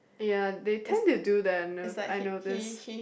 ya they tend to do that I notice